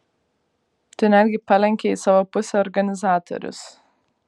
tu netgi palenkei į savo pusę organizatorius